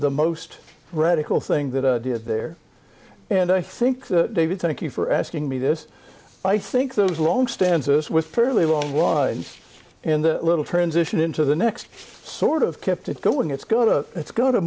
the most radical thing that i did there and i think that david thank you for asking me this i think those long stanzas with fairly long lines and little transition into the next sort of kept it going it's going to it's go